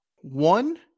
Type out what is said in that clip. one